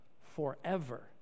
forever